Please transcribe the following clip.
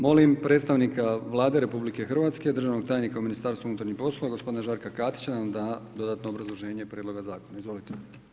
Molim predstavnika Vlade RH, državnog tajnika u MUP-u, gospodina Žarka Katića da nam da dodatno obrazloženje prijedloga zakona, izvolite.